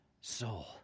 soul